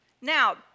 Now